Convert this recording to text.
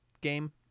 game